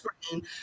screen